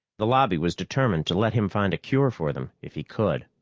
the lobby was determined to let him find a cure for them if he could.